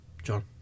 John